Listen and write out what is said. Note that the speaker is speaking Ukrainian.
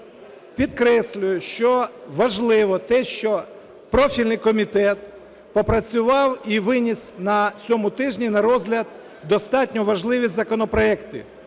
підкреслюю, що важливо те, що профільний комітет попрацював і виніс на цьому тижні на розгляд достатньо важливі законопроекти.